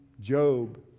Job